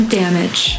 damage